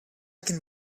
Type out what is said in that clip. can